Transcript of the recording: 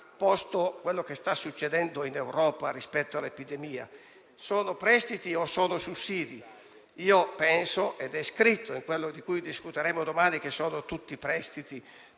posto quello che sta succedendo in Europa rispetto all'epidemia: sono prestiti o sono sussidi? Penso - ed è scritto in quello di cui discuteremo domani - che siano tutti prestiti,